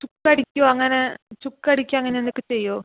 ചുക്ക് അടിക്കുമോ അങ്ങനെ ചുക്ക് അടിക്കുവോ അങ്ങനെ എന്തൊക്കെ ചെയ്യുമോ